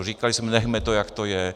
Říkali jsme: Nechme to, jak to je.